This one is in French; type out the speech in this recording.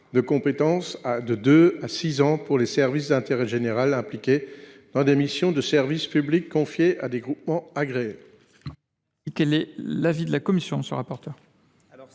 de compétences de deux à six ans pour les services d’intérêt général impliqués dans des missions de service public confiées à des groupements agréés.